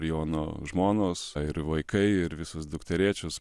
jono žmonos na ir vaikai ir visos dukterėčios